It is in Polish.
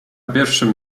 pierwszym